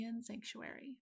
sanctuary